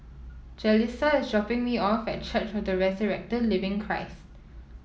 Jalissa is dropping me off at Church of the Resurrected Living Christ